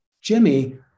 Jimmy